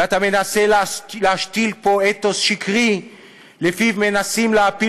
ואתה מנסה להשתיל פה אתוס שקרי שלפיו מנסים להפיל